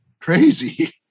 crazy